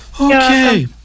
Okay